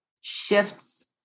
shifts